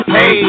Hey